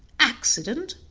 accident!